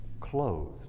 clothed